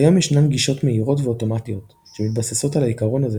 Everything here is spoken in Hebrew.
כיום ישנן גישות מהירות ואוטומטיות שמתבססות על העיקרון הזה